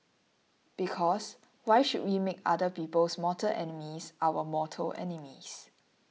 because why should we make other people's mortal enemies our mortal enemies